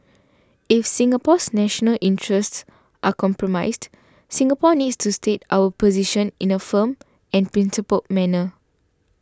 if Singapore's national interests are compromised Singapore needs to state our position in a firm and principled manner